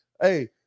hey